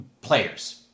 players